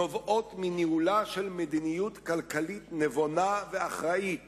נובעים מניהולה של מדיניות כלכלית נבונה ואחראית